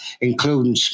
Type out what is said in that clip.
including